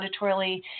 auditorily